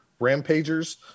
rampagers